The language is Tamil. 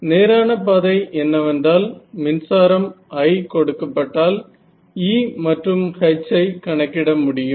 நேரான பாதை என்னவென்றால் மின்சாரம் I கொடுக்கப்பட்டால் E மற்றும் H ஐ கணக்கிட முடியும்